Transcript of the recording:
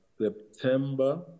september